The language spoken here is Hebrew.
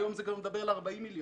היום זה כבר מדבר על 40 מיליון.